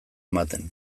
ematen